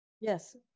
Yes